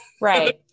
Right